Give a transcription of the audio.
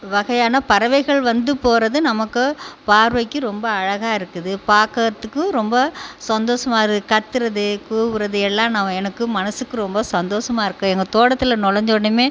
வகையான பறவைகள் வந்து போகிறது நமக்கு பார்வைக்கு ரொம்ப அழகாக இருக்குது பார்க்குறதுக்கு ரொம்ப சந்தோஷமா இருக்குது கத்துவது கூவுவது எல்லாம் ந எனக்கு மனதுக்கு ரொம்ப சந்தோஷமா இருக்கு எங்கள் தோட்டத்தில் நுழஞ்சோனையுமே